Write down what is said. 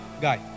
guy